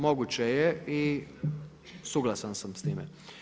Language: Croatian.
Moguće je i suglasan sam s time.